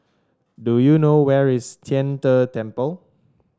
do you know where is Tian De Temple